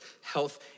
health